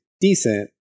decent